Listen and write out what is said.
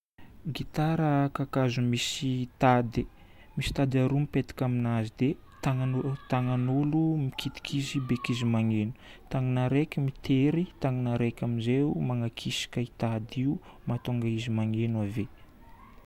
Gitara: kakazo misy tady. Misy tady aroa mipetaka aminazy dia tagnana roa- tagnan'olo mikitika izy beky izy magneno. Tagnana raiky mitery.